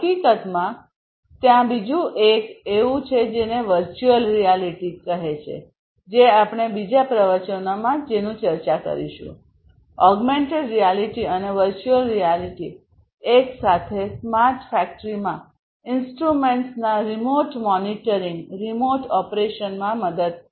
હકીકતમાં ત્યાં બીજું એક છે જે વર્ચુઅલ રિયાલિટી છે જે આપણે બીજા પ્રવચનોમાં ચર્ચા કરી છે ઔગ્મેન્ટેડ રિયાલિટી અને વર્ચુઅલ રિયાલિટી એક સાથે સ્માર્ટ ફેક્ટરીમાં ઇન્સ્ટ્રુમેન્ટ્સના રિમોટ મોનિટરિંગ રિમોટ ઓપરેશનમાં મદદ કરશે